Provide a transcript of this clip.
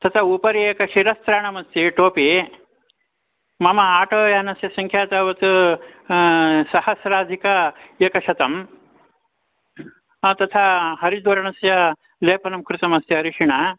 तथा उपरि एक शिरस्त्राणमस्ति टोपि मम आटोयानस्य सङ्ख्या तावत् सहस्राधिकम् एकशतं हा तथा हरिद्वर्णस्य लेपनं कृतमस्ति अरिषिणा